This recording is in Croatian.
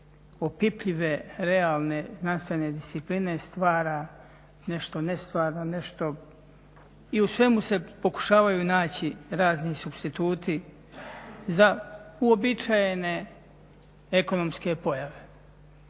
opipljive, realne znanstvene discipline stvara nešto nestvarno i u svemu se pokušavaju naći razni supstituti za uobičajene ekonomske pojave.